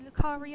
Lucario